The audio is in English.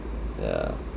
yeah